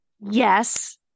Yes